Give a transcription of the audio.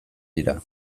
dira